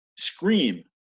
scream